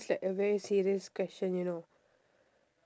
it's like a very serious question you know